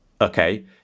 Okay